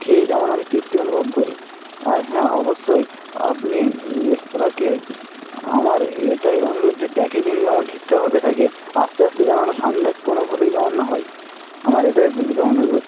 খেয়ে যেমন আমি তৃপ্তি অনুভব করি আর হ্যাঁ অবশ্যই আপনি রেস্তোরাঁকে আমার এটাই অনুরোধ যে প্যাকেজিং যেন ঠিকঠাকভাবে থাকে আসতে আসতে যেন না ঠান্ডা কোনোভাবেই যেন না হয় আমার এটাই বিনীত অনুরোধ